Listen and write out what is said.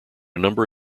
number